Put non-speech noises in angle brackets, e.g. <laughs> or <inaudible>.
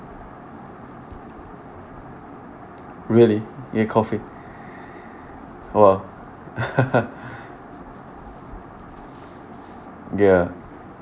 really you need coffee !wow! <laughs> ya